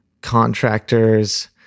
contractors